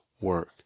work